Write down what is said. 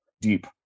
deep